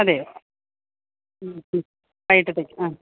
അതെയോ മ് മ് വൈകിട്ടത്തേക്ക് ആ